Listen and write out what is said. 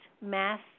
mass